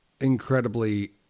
incredibly